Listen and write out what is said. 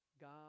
God